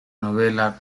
novela